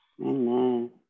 Amen